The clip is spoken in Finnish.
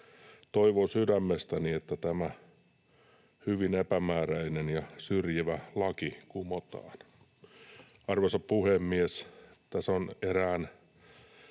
Toivon sydämestäni, että tämä hyvin epämääräinen ja syrjivä laki kumotaan.” Arvoisa puhemies! Tässä on erään